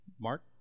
Mark